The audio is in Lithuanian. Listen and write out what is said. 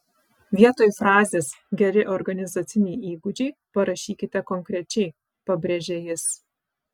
vietoj frazės geri organizaciniai įgūdžiai parašykite konkrečiai pabrėžia jis